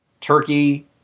Turkey